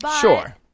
Sure